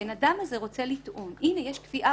והבן אדם הזה רוצה לטעון הינה יש קביעה